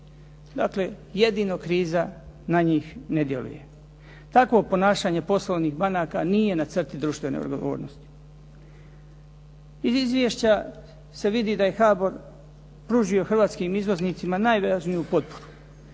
dakle, jedino kriza na njih ne djeluje. Takvo ponašanje poslovnih banaka nije na crti društvene odgovornosti. Iz izvješća se vidi da je HABOR pružio hrvatskim izvoznicima najvažniju potporu,